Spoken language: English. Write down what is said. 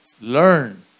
learn